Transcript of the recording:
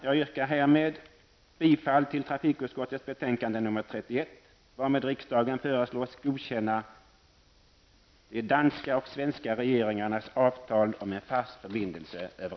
Jag yrkar nu bifall till trafikutskottets hemställan i betänkande nr 31, varmed riksdagen föreslås godkänna de danska och svenska regeringarnas avtal om en fast förbindelse över